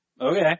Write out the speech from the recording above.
Okay